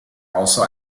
also